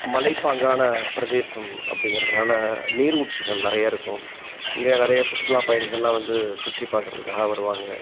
மலைப்பாங்கான பிரதேசம் அப்படிங்கிறதுனால நீரூற்றுகள் நிறைய இருக்கும் இங்கே நிறைய சுற்றுலாப் பயணிகள்லாம் வந்து சுற்றிப் பார்க்கறதுக்காக வருவாங்க